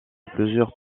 plusieurs